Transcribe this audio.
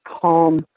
calm